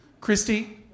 Christy